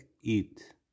eat